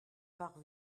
par